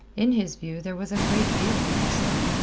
in his view there was a great deal to be said.